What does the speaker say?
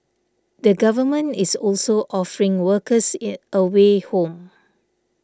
the government is also offering workers in a way home